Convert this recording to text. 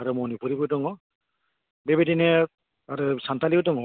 आरो मनिपुरिबो दङ बेबायदिनो आरो सान्थालिबो दङ